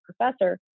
professor